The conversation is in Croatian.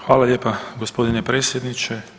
Hvala lijepa gospodine predsjedniče.